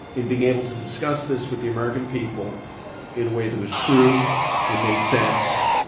in being able to discuss this with the american people in a way that was true and made sense,